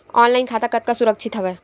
Online खाता कतका सुरक्षित हवय?